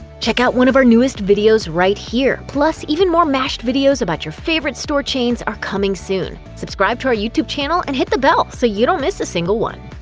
check out one of our newest videos right here! plus, even more mashed videos about your favorite store chains are coming soon. subscribe to our youtube channel and hit the bell so you don't miss a single one.